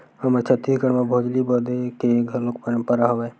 हमर छत्तीसगढ़ म भोजली बदे के घलोक परंपरा हवय